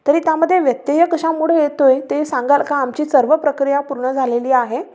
तरी त्यामध्ये व्यत्यय कशामुळे येत आहे ते सांगाल का आमची सर्व प्रक्रिया पूर्ण झालेली आहे